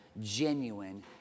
genuine